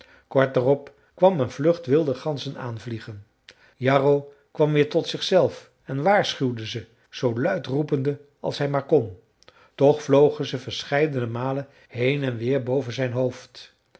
kort daarop kwam een vlucht wilde ganzen aanvliegen jarro kwam weer tot zichzelf en waarschuwde ze zoo luid roepende als hij maar kon toch vlogen ze verscheiden malen heen en weer boven zijn hoofd